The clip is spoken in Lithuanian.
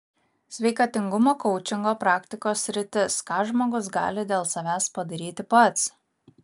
sveikatingumo koučingo praktikos sritis ką žmogus gali dėl savęs padaryti pats